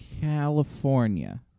California